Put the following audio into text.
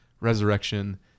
resurrection